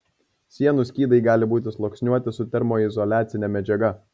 sienų skydai gali būti sluoksniuoti su termoizoliacine medžiaga